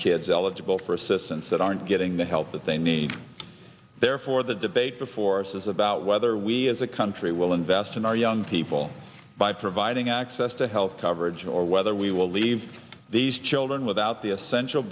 kids eligible for assistance that aren't getting the help that they need therefore the debate before says about whether we as a country will invest in our young people by providing access to health coverage or whether we will leave these children without the essential